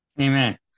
Amen